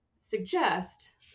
suggest